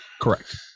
Correct